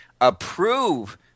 approve